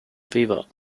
viva